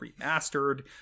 remastered